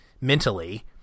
mentally